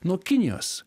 nuo kinijos